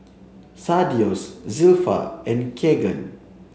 Thaddeus Zilpha and Kegan